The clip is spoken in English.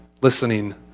listening